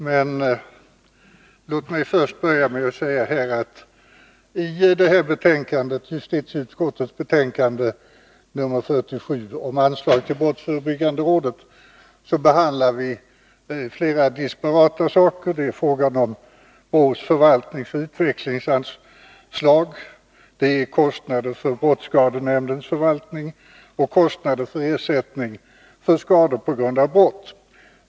Men låt mig börja med att säga: I justitieutskottets betänkande 47 om anslag till brottsförebyggande rådet behandlar vi flera disparata frågor. Det gäller brottsförebyggande rådets förvaltningsoch utvecklingsanslag, kostnader för brottsskadenämndens förvaltning och kostnader för ersättning för skador på grund av brott.